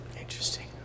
interesting